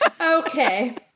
Okay